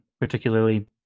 particularly